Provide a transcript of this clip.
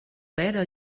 better